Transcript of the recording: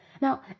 Now